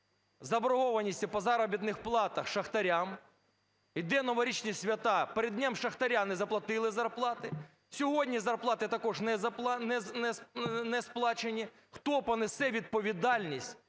заборгованості по заробітних платах шахтарям, йдуть новорічні свята, перед Днем шахтаря не заплатили зарплати, сьогодні зарплати також не сплачені, хто понесе відповідальність